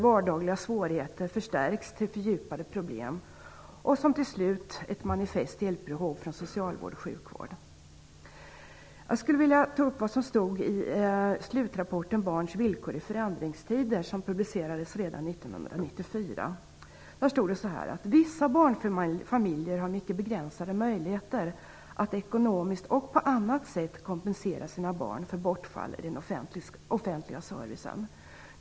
Vardagliga svårigheter förstärks till fördjupade problem och till slut till ett manifest behov av hjälp från socialvård och sjukvård. Jag skulle vilja ta upp något som står i slutrapporten Barns villkor i förändringstider, som publicerades redan 1994: Vissa barnfamiljer har mycket begränsade möjligheter att ekonomiskt och på annat sätt kompensera sina barn för bortfall i den offentliga servicen.